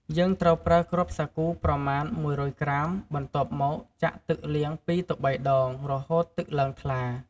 យើងត្រូវប្រើគ្រាប់សាគូប្រមាណ ១០០ក្រាម បន្ទាប់មកចាក់ទឹកលាង ២ទៅ៣ដង រហូតទឹកឡើងថ្លា។